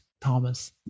Thomas